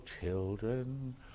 children